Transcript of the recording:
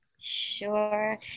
sure